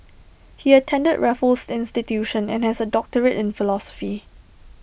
he attended Raffles institution and has A doctorate in philosophy